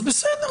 אז בסדר,